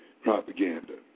propaganda